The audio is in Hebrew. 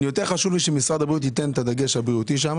יותר חשוב לי שמשרד הבריאות ייתן את הדגש הבריאותי שם